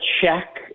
check